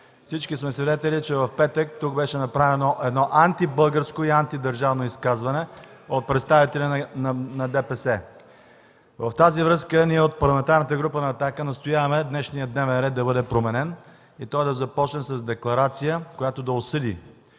Всички сме свидетели, че в петък тук беше направено едно антибългарско и антидържавно изказване от представителя на ДПС. Във връзка с това ние от Парламентарната група на „Атака” настояваме днешният дневен ред да бъде променен и той да започне с декларация на Народното